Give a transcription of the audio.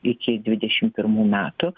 iki dvidešim pirmų metų